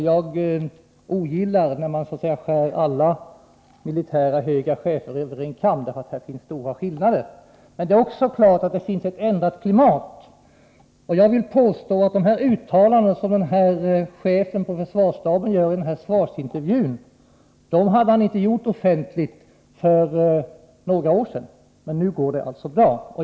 Jag ogillar när man skär alla höga militära chefer över en kam, för här finns stora skillnader. Men det är också klart att det finns ett ändrat klimat. Jag vill påstå att de uttalanden som en chef på försvarsstaben gör i en svarsintervju hade han för några år sedan inte kunnat göra offentligt — men nu går det alltså bra.